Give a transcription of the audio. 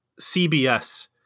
CBS